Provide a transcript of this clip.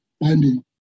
binding